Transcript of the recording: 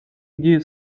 идею